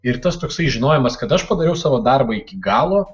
ir tas toksai žinojimas kad aš padariau savo darbą iki galo